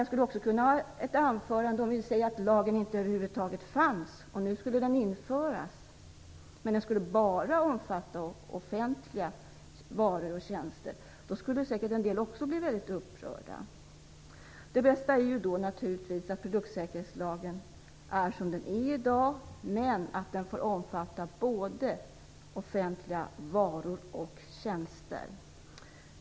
Jag skulle också kunna ha ett anförande - om lagen över huvud taget inte fanns men nu skulle införas - om att lagen bara skulle omfatta offentliga varor och tjänster. Då skulle säkert en del bli väldigt upprörda. Det bästa är naturligtvis att produktsäkerhetslagen är som den är i dag men att den får omfatta både offentliga varor och tjänster.